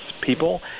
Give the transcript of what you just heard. people